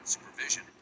supervision